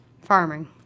Farming